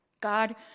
God